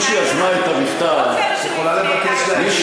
מי שיזמה את המכתב, זה לא "פייר" שהוא יפנה אלי.